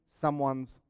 someone's